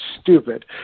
stupid